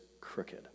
crooked